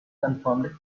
confirmed